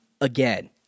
again